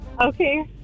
Okay